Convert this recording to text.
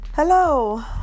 Hello